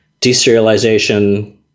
Deserialization